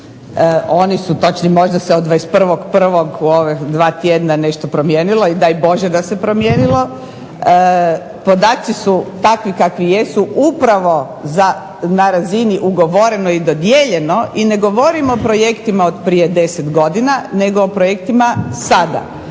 oni su točni. Možda se od 21.1. u ova dva tjedna nešto promijenilo i daj Bože da se promijenilo. Podaci su takvi kakvi jesu upravo na razini ugovoreno i dodijeljeno i ne govorim o projektima od prije 10 godina, nego o projektima sada.